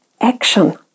action